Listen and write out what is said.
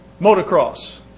motocross